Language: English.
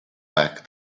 back